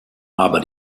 aber